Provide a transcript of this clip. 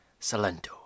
Salento